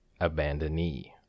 Abandonee